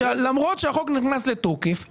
שלמרות שהחוק נכנס לתוקף,